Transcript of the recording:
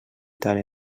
tant